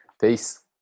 Peace